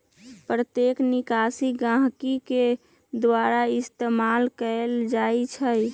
प्रत्यक्ष निकासी गहकी के द्वारा इस्तेमाल कएल जाई छई